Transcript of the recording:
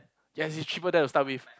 yes it's cheaper there to start with